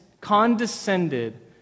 condescended